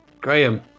Graham